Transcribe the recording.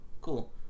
cool